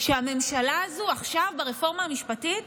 שהממשלה הזו עכשיו ברפורמה המשפטית